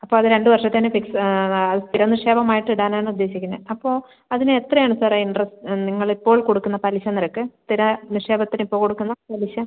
അപ്പോൾ അത് രണ്ട് വർഷത്തേക്ക് ഫിക്സ് ആ സ്ഥിരം നിക്ഷേപം ആയിട്ട് ഇടാൻ ആണ് ഉദ്ദേശിക്കുന്നത് അപ്പോൾ അതിന് എത്ര ആണ് സാർ ഇൻ്ററസ്റ്റ് നിങ്ങൾ ഇപ്പോൾ കൊടുക്കുന്നത് പലിശ നിരക്ക് സ്ഥിര നിക്ഷേപത്തിന് ഇപ്പോൾ കൊടുക്കുന്ന പലിശ